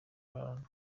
kurarana